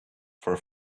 for